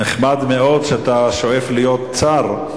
חבר הכנסת דורון, נחמד מאוד שאתה שואף להיות שר,